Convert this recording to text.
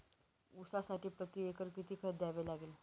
ऊसासाठी प्रतिएकर किती खत द्यावे लागेल?